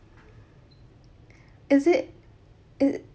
is it it